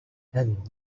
and